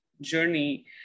journey